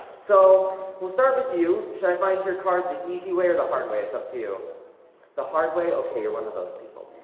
so we'll start with you should i find your card the easy way or the hard way? it's up to you the hard way okay, you're one of those people